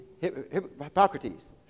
Hippocrates